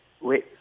Oui